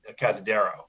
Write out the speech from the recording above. Casadero